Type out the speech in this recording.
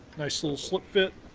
nice little slip fit